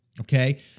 Okay